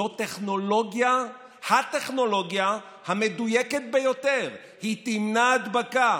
זו הטכנולוגיה המדויקת ביותר, היא תמנע הדבקה.